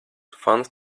found